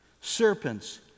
serpents